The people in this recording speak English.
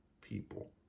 people